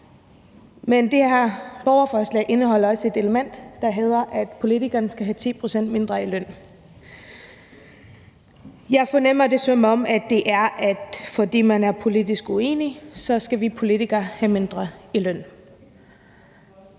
Men det her borgerforslag indeholder også et element, der handler om, at politikerne skal have 10 pct. mindre i løn. Jeg fornemmer det, som om det er, fordi man er politisk uenig, og så skal vi politikere have mindre i løn.